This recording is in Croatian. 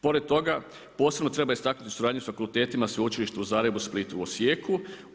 Pored toga posebno treba istaknuti suradnju sa fakultetima Sveučilišta u Zagrebu, Splitu i Osijeku.